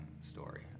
story